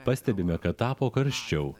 pastebime kad tapo karščiau